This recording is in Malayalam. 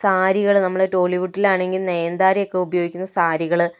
സാരികള് നമ്മള് ടോളിവുഡിലാണെങ്കിൽ നയന് താര ഒക്കെ ഉപയോഗിക്കുന്ന സാരികള്